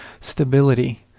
stability